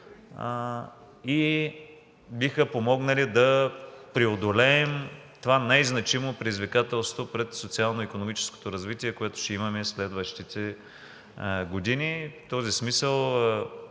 и биха помогнали да преодолеем това най-значимо предизвикателство пред социално-икономическото развитие, което ще имаме през следващите години. В този смисъл